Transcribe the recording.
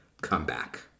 comeback